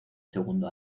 segundo